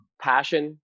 passion